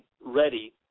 ready